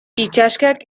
itsaskiak